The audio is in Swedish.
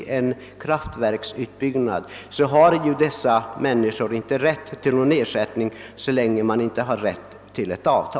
Rent hypotetiskt kan man ju tänka sig att exempelvis ett kraftverksbygge skulle sättas i gång.